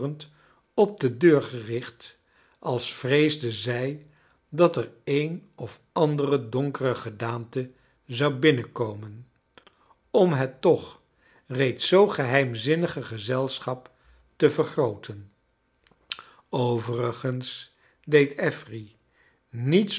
op de deur gericht als vreesde zij dat er een of andere donkere gedaante zou binnenkomen om het toch reeds zoo geheimzinnige gezelschap te vergrooten overigens deed affery niets